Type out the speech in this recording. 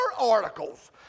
articles